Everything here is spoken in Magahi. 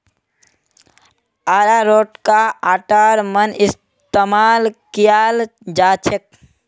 अरारोटका आटार मन इस्तमाल कियाल जाछेक